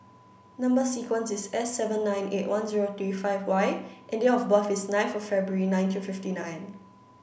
number sequence is S seven nine eight one zero three five Y and date of birth is nine for February nineteen fifty nine